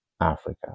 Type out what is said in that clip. africa